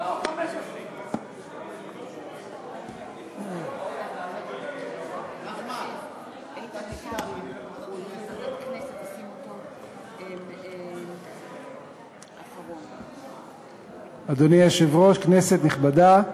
לא, 15. אדוני היושב-ראש, כנסת נכבדה,